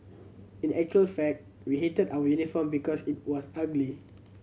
in actual fact we hated our uniform because it was ugly